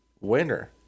winner